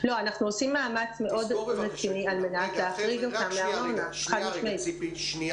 עושים מאמץ רציני להחריג אותם מארנונה, חד משמעית.